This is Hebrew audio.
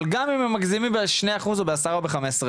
אבל גם אם הם מגזימים בשני אחוז או בעשרה אחוז או ב-15%,